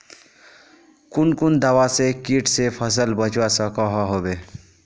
कुन कुन दवा से किट से फसल बचवा सकोहो होबे?